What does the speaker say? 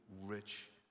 rich